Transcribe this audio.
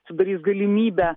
sudarys galimybę